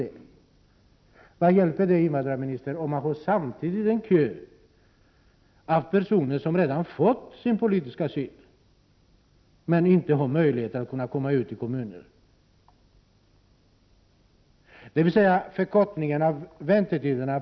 Men vad hjälper det, invandrarministern, om man samtidigt har en kö med personer som redan har fått politisk asyl men som inte har möjlighet att komma ut i någon kommun?